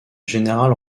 général